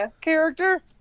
character